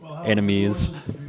enemies